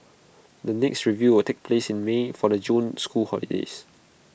the next review will take place in may for the June school holidays